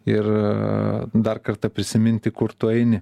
ir dar kartą prisiminti kur tu eini